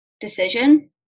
decision